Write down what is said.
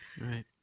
Right